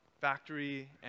factory